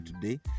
today